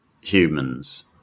humans